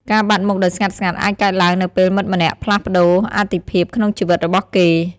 ការបាត់់មុខដោយស្ងាត់ៗអាចកើតឡើងនៅពេលមិត្តម្នាក់ផ្លាស់ប្តូរអាទិភាពក្នុងជីវិតរបស់គេ។